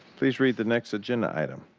please read the next agenda item.